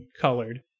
colored